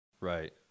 Right